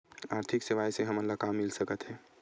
आर्थिक सेवाएं से हमन ला का मिल सकत हे?